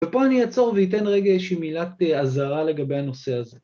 ‫ופה אני אעצור ואתן רגע ‫איזושהי מילת אזהרה לגבי הנושא הזה.